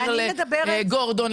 גורדון,